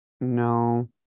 No